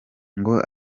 ngo